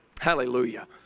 Hallelujah